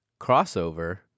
Crossover